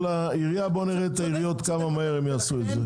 לעירייה - בוא נראה את העיריות כמה מהר יעשו את זה.